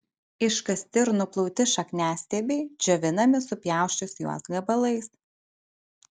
iškasti ir nuplauti šakniastiebiai džiovinami supjausčius juos gabalais